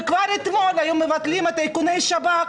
וכבר אתמול היו מבטלים את איכוני השב"כ,